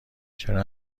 چرا